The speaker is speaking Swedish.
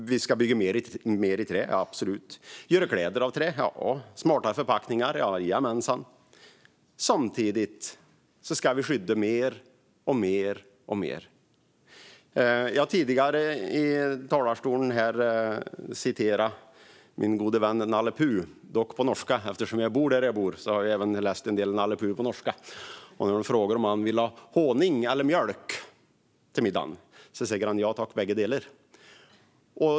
Vi ska bygga mer i trä, absolut. Vi ska göra kläder av trä och kanske smarta förpackningar också. Men samtidigt ska vi skydda mer och mer. Jag har tidigare i talarstolen citerat min gode vän Nalle Puh, dock på norska. Eftersom jag bor där jag bor har jag även läst en del Nalle Puh på norska. När han får frågan om han vill ha "håning" eller mjölk till middagen säger han: Ja tack, bägge delarna!